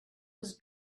was